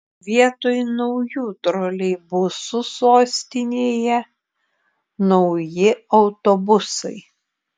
vietoj naujų troleibusų sostinėje nauji autobusai